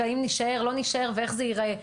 האם נישאר או לא נישאר ואיך זה ייראה.